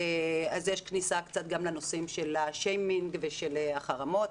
יש קצת כניסה גם לנושאים של השיימינג ושל החרמות.